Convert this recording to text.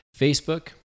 Facebook